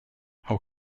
how